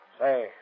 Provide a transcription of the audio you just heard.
Say